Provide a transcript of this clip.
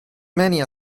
many